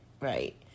right